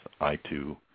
I2